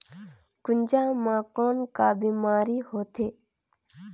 गुनजा मा कौन का बीमारी होथे?